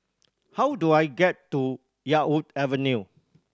how do I get to Yarwood Avenue